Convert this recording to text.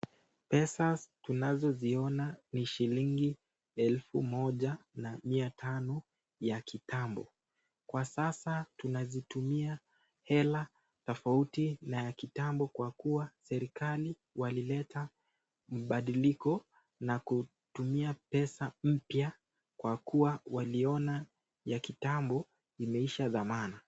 Pesa tunazoziona ni shilingi elfu moja na mia tano ya kitambo. Kwa sasa tunatumia hela tofauti na ya kitambo na kua serikali walileta mibadiliko na kutumia pesa mpya kwa kua waliona ya kitambo imeisha dhamana.